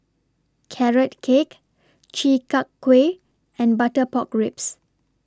Carrot Cake Chi Kak Kuih and Butter Pork Ribs